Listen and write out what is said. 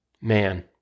man